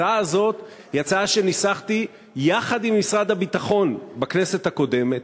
ההצעה הזאת היא הצעה שניסחתי יחד עם משרד הביטחון בכנסת הקודמת,